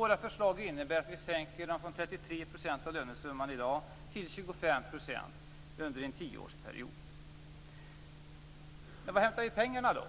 Våra förslag innebär att vi sänker dem från 33 % av lönesumman i dag till Var hämtar vi pengarna då?